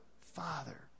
father